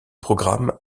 programme